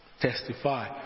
testify